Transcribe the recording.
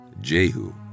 Jehu